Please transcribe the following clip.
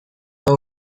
hau